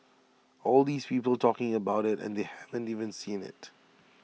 all these people talking about IT and they haven't even seen IT